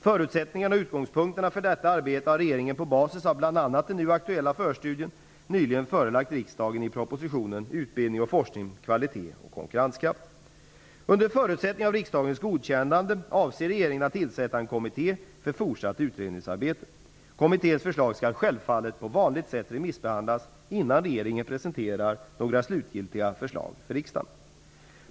Förutsättningarna och utgångspunkterna för detta arbete har regeringen på basis av bl.a. den nu aktuella förstudien nyligen förelagt riksdagen i propositionen Utbildning och forskning: Kvalitet och konkurrenskraft . Under förutsättning av rikdagens godkännande avser regeringen att tillsätta en kommitté för fortsatt utredningsarbete. Kommitténs förslag skall självfallet på vanligt sätt remissbehandlas innan regeringen presenterar några slutgiltiga förslag för riksdagen.